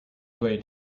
play